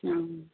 ആ